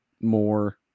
more